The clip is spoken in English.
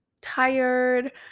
tired